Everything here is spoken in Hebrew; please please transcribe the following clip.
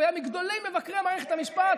הוא היה מגדולי מבקרי מערכת המשפט.